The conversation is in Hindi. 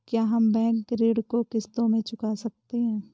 क्या हम बैंक ऋण को किश्तों में चुका सकते हैं?